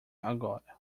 agora